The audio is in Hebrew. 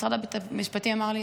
משרד המשפטים אמר לי,